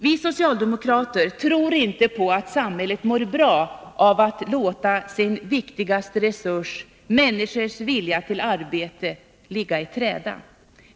Vi socialdemokrater tror inte att samhället mår bra av att låta sin viktigaste resurs — människors vilja till arbete — ligga i träda.